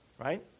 Right